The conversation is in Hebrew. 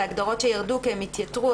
אלה הגדרות שירדו כי הן התייתרו.